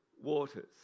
waters